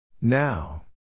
Now